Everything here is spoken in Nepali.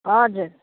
हजुर